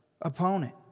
opponent